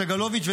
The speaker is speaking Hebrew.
וסגלוביץ',